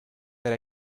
that